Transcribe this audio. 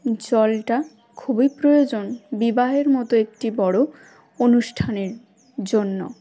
জলটা খুবই প্রয়োজন বিবাহের মতো একটি বড়ো অনুষ্ঠানের জন্য